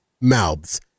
mouths